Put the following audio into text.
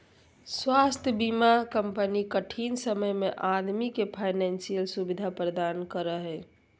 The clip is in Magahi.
स्वास्थ्य बीमा कंपनी कठिन समय में आदमी के फाइनेंशियल सुविधा प्रदान करा हइ